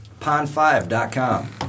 pond5.com